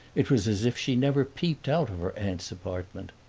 it was as if she never peeped out of her aunt's apartment.